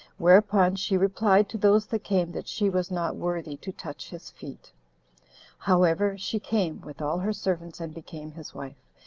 whereupon she replied to those that came, that she was not worthy to touch his feet however, she came, with all her servants, and became his wife,